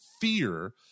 fear